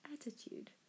attitude